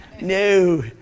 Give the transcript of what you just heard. no